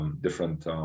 different